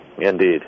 Indeed